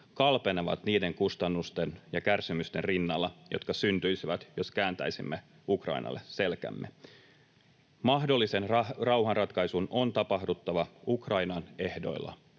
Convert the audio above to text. kalpenevat niiden kustannusten ja kärsimysten rinnalla, jotka syntyisivät, jos kääntäisimme Ukrainalle selkämme. Mahdollisen rauhanratkaisun on tapahduttava Ukrainan ehdoilla,